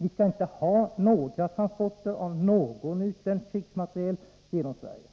Vi skall inte ha några transporter av någon utländsk krigsmateriel genom Sverige.